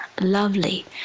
lovely